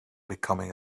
becoming